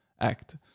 act